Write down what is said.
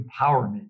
empowerment